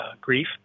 grief